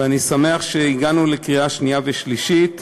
ואני שמח שהגענו לקריאה שנייה ושלישית.